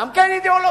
גם כן אידיאולוגיה.